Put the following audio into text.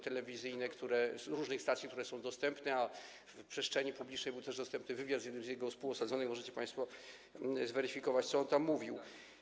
telewizyjne różnych stacji, które są dostępne, a w przestrzeni publicznej był też dostępny wywiad z jednym ze współosadzonych z nim - możecie państwo zweryfikować, co on tam mówił.